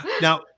now